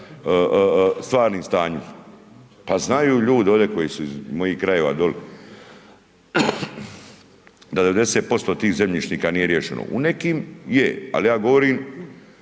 stvarnim stanjem. Pa znaju ljudi, ovdje koji su iz mojih krajeva dole, 90% tih zemljišnima nije riješeno. U nekim je, ali ja govorim